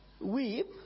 weep